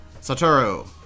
Satoru